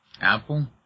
Apple